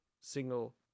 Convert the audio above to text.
single